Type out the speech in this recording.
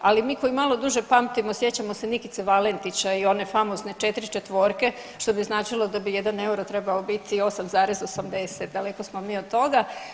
Ali mi koji malo duže pamtimo sjećamo se Nikice Valentića i one famozne 4 četvorke što bi značilo da bi jedan euro trebao biti 8,80 daleko smo mi od toga.